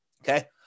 Okay